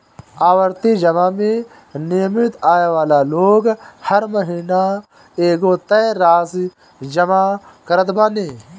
आवर्ती जमा में नियमित आय वाला लोग हर महिना एगो तय राशि जमा करत बाने